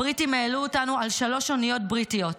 הבריטים העלו אותנו על שלוש אוניות בריטיות,